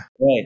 Right